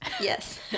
yes